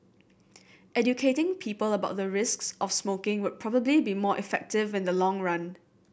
educating people about the risks of smoking would probably be more effective in the long run